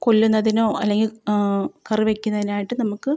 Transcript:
കൊല്ലുന്നതിനോ അല്ലെങ്കിൽ കറി വെക്കുന്നതിനായിട്ട് നമുക്ക്